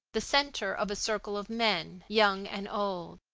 the centre of a circle of men, young and old.